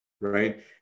right